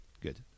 Good